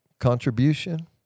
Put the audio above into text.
contribution